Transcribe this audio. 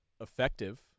effective